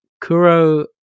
Kuro